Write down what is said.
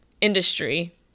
industry